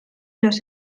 los